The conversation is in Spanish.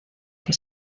que